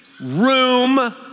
room